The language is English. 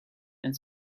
and